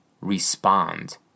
respond